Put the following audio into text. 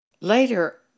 Later